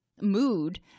mood